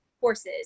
horses